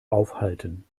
aufhalten